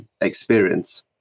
experience